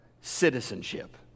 citizenship